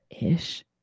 ish